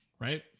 Right